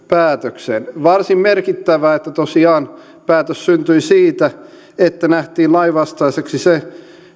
päätökseen varsin merkittävää että tosiaan päätös syntyi siitä että nähtiin lainvastaiseksi se